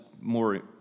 more